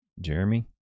Jeremy